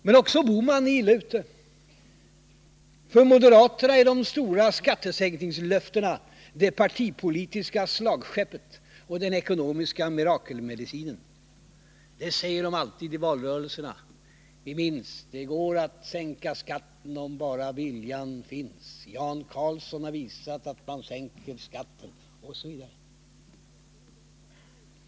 Men också Gösta Bohman är illa ute. För moderaterna är de stora skattesänkningslöftena det partipolitiska slagskeppet och den ekonomiska mirakelmedicinen. Det säger de alltid i valrörelserna. Vi minns uttalanden som ”det går att sänka skatten om bara viljan finns”, ”Jan Carlzon har visat att det är möjligt att sänka skatten”, osv.